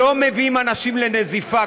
שלא מביאים אנשים לנזיפה.